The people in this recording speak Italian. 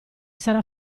sarà